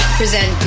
present